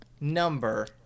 number